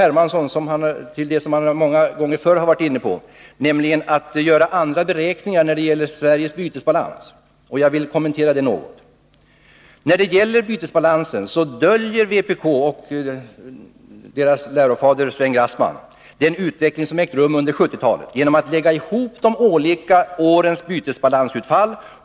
Hermansson till det som han många gånger förut har varit inne på, nämligen att göra andra beräkningar när det gäller Sveriges bytesbalans. När det gäller bytesbalansen döljer vpk och deras lärofader Sven Grassman den utveckling som ägt rum under 1970-talet genom att lägga ihop de olika årens bytesbalansutfall.